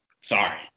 Sorry